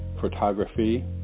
photography